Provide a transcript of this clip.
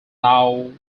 now